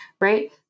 right